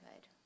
good